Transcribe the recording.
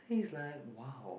he is like !wow!